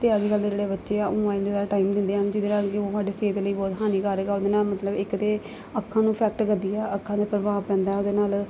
ਅਤੇ ਅੱਜ ਕੱਲ੍ਹ ਦੇ ਜਿਹੜੇ ਬੱਚੇ ਹੈ ਉਹ ਮੋਬਾਈਲ 'ਤੇ ਜ਼ਿਆਦਾ ਟਾਈਮ ਦਿੰਦੇ ਹਨ ਜਿਹਦੇ ਰਾਹੀਂ ਕਿ ਉਹ ਸਾਡੇ ਸਿਹਤ ਲਈ ਬਹੁਤ ਹਾਨੀਕਾਰਕ ਆ ਉਹਦੇ ਨਾਲ ਮਤਲਬ ਇੱਕ ਤਾਂ ਅੱਖਾਂ ਨੂੰ ਅਫੈਕਟ ਕਰਦੀ ਹੈ ਅੱਖਾਂ ਦੇ ਪ੍ਰਭਾਵ ਪੈਂਦਾ ਉਹਦੇ ਨਾਲ